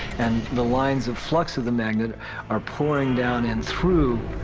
and the lines of flux of the magnet are pouring down and through,